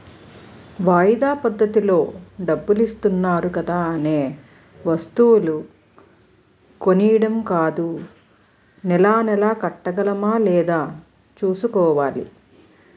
వాయిదా పద్దతిలో డబ్బులిత్తన్నారు కదా అనే వస్తువులు కొనీడం కాదూ నెలా నెలా కట్టగలమా లేదా సూసుకోవాలి